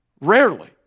Rarely